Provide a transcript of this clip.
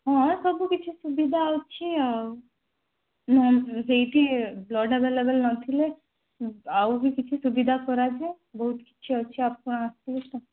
ହଁ ସବୁ କିଛି ସୁବିଧା ଅଛି ଆଉ ନୁହଁ ସେଇଠି ବ୍ଲଡ଼୍ ଆଭେଲେବଲ୍ ନଥିଲେ ଆଉ ବି କିଛି ସୁବିଧା କରାଯାଏ ବହୁତ କିଛି ଅଛି ଆପଣ ଆସିଲେ ତ